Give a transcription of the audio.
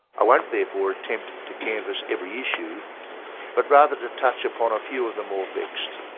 i won't therefore attempt to canvass every issue but rather to touch upon a few of the more vexed.